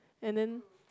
and then